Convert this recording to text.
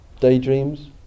Daydreams